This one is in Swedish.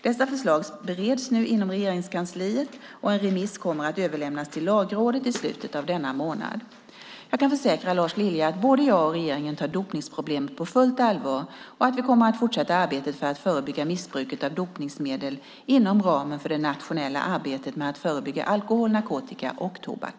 Dessa förslag bereds nu inom Regeringskansliet och en remiss kommer att överlämnas till Lagrådet i slutet av denna månad. Jag kan försäkra Lars Lilja att både jag och regeringen tar dopningsproblemet på fullt allvar och att vi kommer att fortsätta arbetet för att förebygga missbruket av dopningsmedel inom ramen för det nationella förebyggande arbetet mot alkohol, narkotika och tobak.